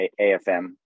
AFM